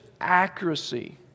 accuracy